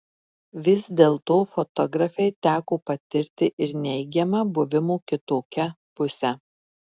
vis dėlto fotografei teko patirti ir neigiamą buvimo kitokia pusę